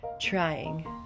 trying